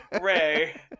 Ray